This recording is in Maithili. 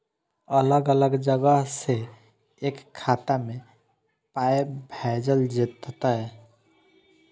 अलग अलग जगह से एक खाता मे पाय भैजल जेततै?